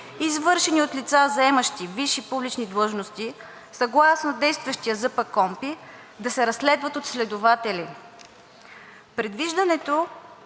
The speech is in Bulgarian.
извършени от лица, заемащи висши публични длъжности, съгласно действащия ЗПКОНПИ да се разследват от следователи. Предвиждането